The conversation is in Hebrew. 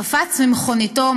קפץ ממכוניתו,